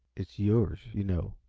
it's yours, you know.